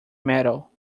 metal